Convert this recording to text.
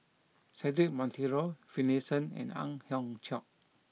Cedric Monteiro Finlayson and Ang Hiong Chiok